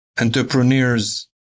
entrepreneurs